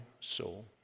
soul